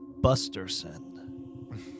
Busterson